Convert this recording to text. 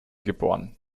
geboren